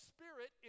Spirit